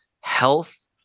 health